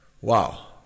Wow